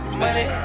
money